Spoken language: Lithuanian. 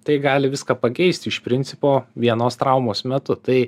tai gali viską pakeisti iš principo vienos traumos metu tai